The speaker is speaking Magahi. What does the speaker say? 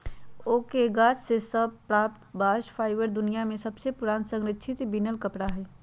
ओक के गाछ सभ से प्राप्त बास्ट फाइबर दुनिया में सबसे पुरान संरक्षित बिनल कपड़ा हइ